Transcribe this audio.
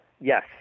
yes